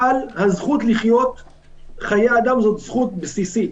הזכות לחיות היא זכות בסיסית